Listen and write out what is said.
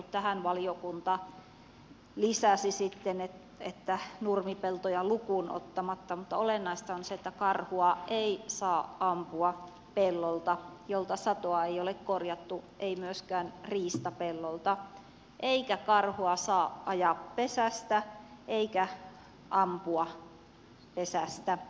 tähän valiokunta lisäsi sitten että nurmipeltoa lukuun ottamatta mutta olennaista on se että karhua ei saa ampua pellolta jolta satoa ei ole korjattu ei myöskään riistapellolta eikä karhua saa ajaa pesästä eikä ampua pesästä